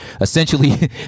Essentially